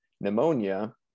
pneumonia